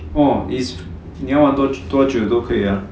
oh is 你要玩多多久都可以呀